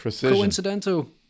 coincidental